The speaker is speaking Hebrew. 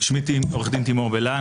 אני עורך דין תימור בלן,